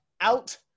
out